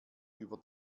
über